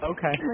Okay